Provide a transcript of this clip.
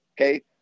Okay